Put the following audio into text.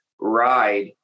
ride